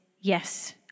yes